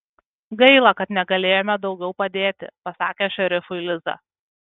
gaila kad negalėjome daugiau padėti pasakė šerifui liza